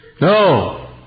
No